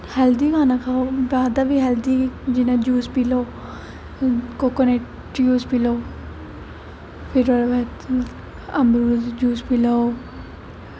healthy खाना खाओ जि'यां जूस पी लैओ कोकोनट जूस पी लैओ फिर ओह्दे बाद अमरूद जूस पी लैओ